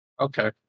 Okay